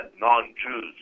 non-Jews